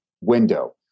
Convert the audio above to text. window